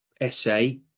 essay